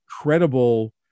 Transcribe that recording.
incredible